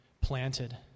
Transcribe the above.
planted